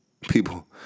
people